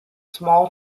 small